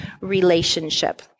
relationship